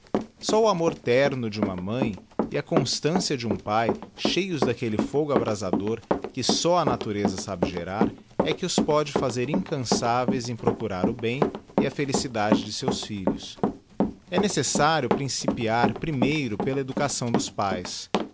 só o amor terno de uma mãe e a constância de um pae cheios d'aquelle fogo abrasador que só a natureza sabe gerar é que os pôde fazer incançaveis em procurar o bem e a felicidade de seus filhos é necessário principiar primeiro pela educação dos pães